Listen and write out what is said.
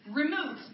remove